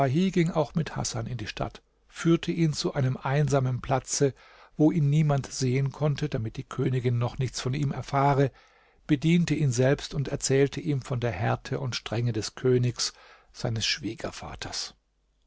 ging auch mit hasan in die stadt führte ihn zu einem einsamen platze wo ihn niemand sehen konnte damit die königin noch nichts von ihm erfahre bediente ihn selbst und erzählte ihm von der härte und strenge des königs seines schwiegervaters